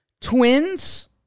Twins